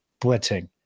blitzing